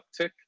uptick